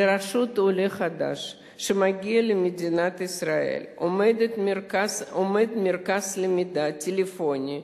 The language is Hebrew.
לרשות עולה חדש שמגיע למדינת ישראל עומד מרכז למידע טלפוני,